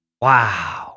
Wow